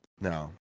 No